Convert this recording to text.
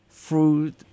fruit